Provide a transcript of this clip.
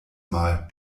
mal